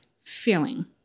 feeling